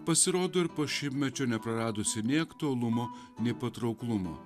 pasirodo ir po šimtmečio nepraradusi nei aktualumo nei patrauklumo